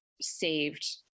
saved